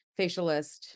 facialist